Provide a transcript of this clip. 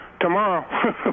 tomorrow